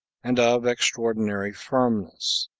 and of extraordinary firmness.